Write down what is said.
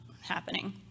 happening